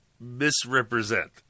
misrepresent